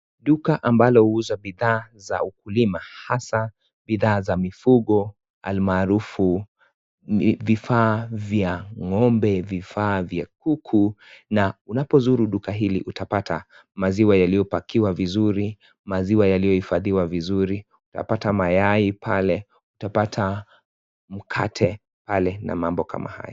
Duka ambalo huuza bidhaa za ukulima hasa bidhaa za mifugo, almarufu vifaa vya ngombe, vifaa vya kuku na unapozuru duka hili, utapata maziwa yaliyopakiwa vizuri, maziwa yaliyoifadhiwa vizuri, utapata mayai pale. Utapata mkate pale na mambo kama hayo.